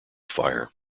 fire